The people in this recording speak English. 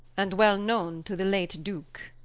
and well known to the late duke.